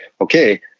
okay